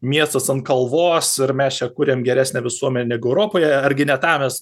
miestas ant kalvos ir mes čia kuriam geresnę visuomenę negu europoje argi ne tą mes